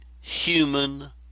human